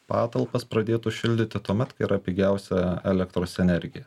patalpas pradėtų šildyti tuomet kai yra pigiausia elektros energija